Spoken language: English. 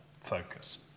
focus